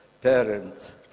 parents